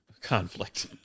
conflict